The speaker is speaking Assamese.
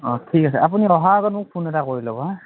অঁ ঠিক আছে আপুনি অহাৰ আগত মোক ফোন এটা ল'ব হা